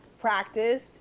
practice